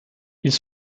ils